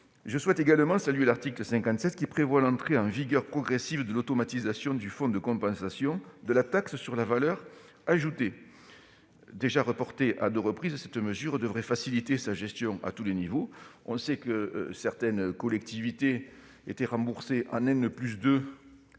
Je souhaite également saluer l'article 57, qui prévoit l'entrée en vigueur progressive de l'automatisation du fonds de compensation pour la taxe sur la valeur ajoutée (FCTVA). Déjà reportée à deux reprises, cette mesure devrait faciliter sa gestion à tous les niveaux. Nous savons que certaines collectivités étaient remboursées par le